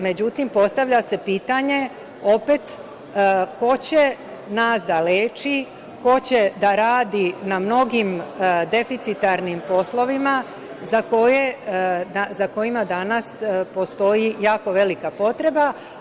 Međutim, postavlja se pitanje, opet, ko će nas da leči, ko će da radi na mnogim deficitarnim poslovima za kojima danas postoji jako velika potreba?